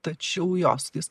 tačiau jo su tais